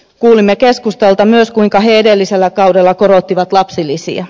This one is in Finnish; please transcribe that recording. kuulimme keskustalta myös kuinka he edellisellä kaudella korottivat lapsilisiä